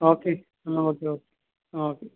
okay आं okay okay okay